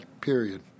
period